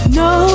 no